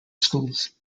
schools